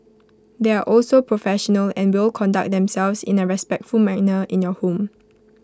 they are also professional and will conduct themselves in A respectful manner in your home